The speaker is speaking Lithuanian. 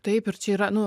taip ir čia yra nu